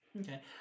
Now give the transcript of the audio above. Okay